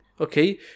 Okay